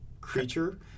creature